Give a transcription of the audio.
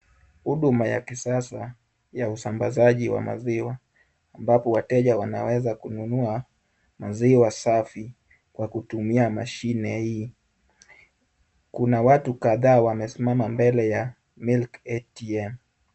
Huduma ya kisasa ya usambazaji wa maziwa, ambapo wateja wanaweza kununua maziwa safi kwa kutumia mashine hii. Kuna watu kadhaa wamesimama mbele ya milk ATM .